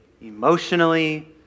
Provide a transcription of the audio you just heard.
emotionally